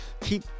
Keep